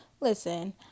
Listen